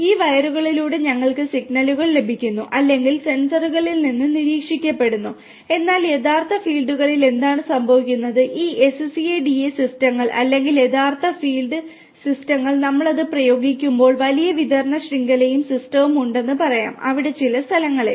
അതിനാൽ ഈ വയറുകളിലൂടെ ഞങ്ങൾക്ക് സിഗ്നലുകൾ ലഭിക്കുന്നു അല്ലെങ്കിൽ സെൻസറുകളിൽ നിന്ന് നിരീക്ഷിക്കപ്പെടുന്നു എന്നാൽ യഥാർത്ഥ ഫീൽഡുകളിൽ എന്താണ് സംഭവിക്കുന്നത് ഈ SCADA സിസ്റ്റങ്ങൾ അല്ലെങ്കിൽ യഥാർത്ഥ ഫീൽഡ് സിസ്റ്റങ്ങൾ നമ്മൾ അത് പ്രയോഗിക്കുമ്പോൾ വലിയ വിതരണ ശൃംഖലയും സിസ്റ്റവും ഉണ്ടെന്ന് പറയാം അവിടെ ചില സ്ഥലങ്ങളിൽ